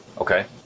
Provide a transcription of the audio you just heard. Okay